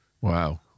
Wow